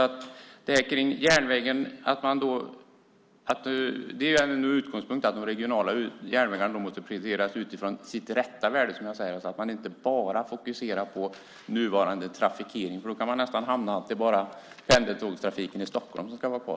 Utgångspunkten är ändå att de regionala järnvägarna måste prioriteras utifrån sitt rätta värde, så att man inte bara fokuserar på nuvarande trafikering. Då kan man nästan hamna i att det är bara pendeltågstrafiken i Stockholm som ska vara kvar.